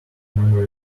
memory